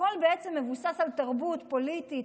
הכול מבוסס על תרבות פוליטית,